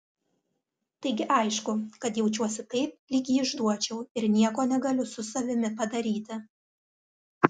taigi aišku kad jaučiuosi taip lyg jį išduočiau ir nieko negaliu su savimi padaryti